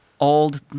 old